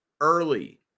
early